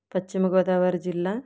పశ్చిమ గోదావరి జిల్లా